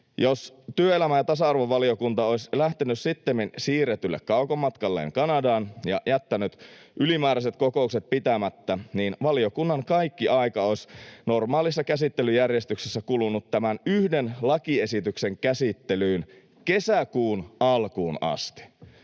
Jos työelämä- ja tasa-arvovaliokunta olisi lähtenyt sittemmin siirretylle kaukomatkalleen Kanadaan ja jättänyt ylimääräiset kokoukset pitämättä, niin valiokunnan kaikki aika olisi normaalissa käsittelyjärjestyksessä kulunut tämän yhden lakiesityksen käsittelyyn kesäkuun alkuun asti.